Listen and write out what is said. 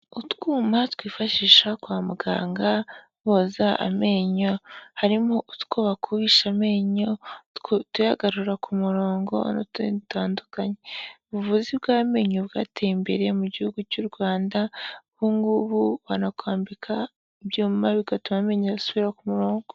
Utwuma twifashisha kwa muganga boza amenyo, harimo utwo bakubisha amenyo, utuyagarura ku murongo n'utundi dutandukanye, ubuvuzi bw'amenyo bwateye imbere mu gihugu cy'u Rwanda, ubu ngubu banakwambika ibyuma bigatuma amenyo asubira ku murongo.